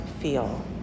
feel